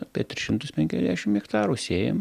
apie tris šimtus penkiasdešim hektarų sėjam